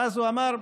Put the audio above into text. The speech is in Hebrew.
ואז הוא אמר: